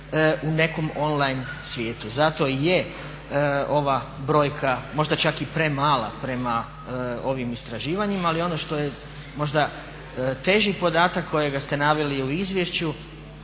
u nekom on line svijetu. Zato i je ova brojka možda čak i premala prema ovim istraživanjima, ali ono što je možda teži podatak kojega ste naveli i u izvješću